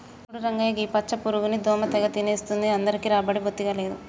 చూడు రంగయ్య గీ పచ్చ పురుగుని దోమ తెగ తినేస్తుంది అందరికీ రాబడి బొత్తిగా లేదు